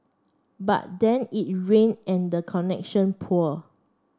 but then it rained and the connection poor